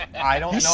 i don't know